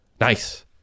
Nice